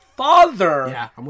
father